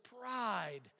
pride